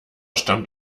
stammt